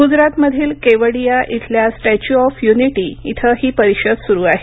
गूजरातमधील केवडिया इथल्या Statue of Unity इथं ही परिषद सुरू आहे